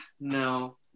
no